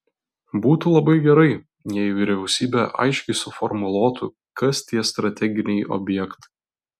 būtų labai gerai jei vyriausybė aiškiai suformuluotų kas tie strateginiai objektai